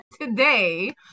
today